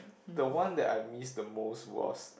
the one that I miss the most was